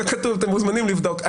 זה כתוב ואתם מוזמנים לבדוק.